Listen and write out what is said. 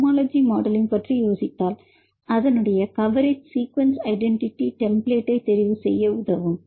homology modelling பற்றி யோசித்தால் அதனுடைய கவரேஜ் சீக்வென்ஸ் ஐடென்டிட்டி டெம்ப்ளேட்டை தெரிவுசெய்ய உதவும்